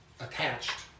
attached